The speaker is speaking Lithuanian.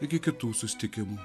iki kitų susitikimų